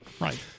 Right